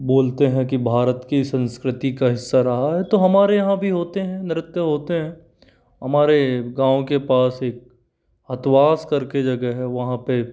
बोलते हैं कि भारत की संस्कृति का हिस्सा रहा है तो हमारे यहाँ भी होते हैं नृत्य होते हैं हमारे गाँव के पास एक अथवास करके जगह है वहाँ पे